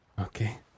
okay